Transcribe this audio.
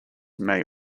may